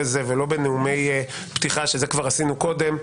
זה ולא בנאומי פתיחה שזה כבר עשינו קודם,